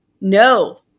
No